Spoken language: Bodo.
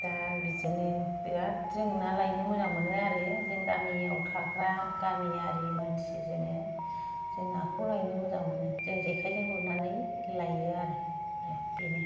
दा बिदिनो बिरात जों ना लायनो मोजां मोनो आरो जों गामिआव थाग्रा गामियारि मानसि जोङो जों नाखौ लायनो मोजां मोनो जों जेखायजों गुरनानै लायो आरो बेनो